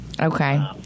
Okay